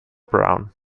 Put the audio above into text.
brown